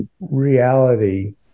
reality